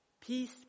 Peace